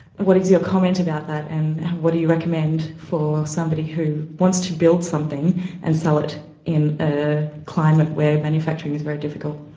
what is your comment about that and what do you recommend for somebody who wants to build something and sell it in a climate where manufacturing is very difficult?